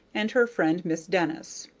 and her friend miss denis.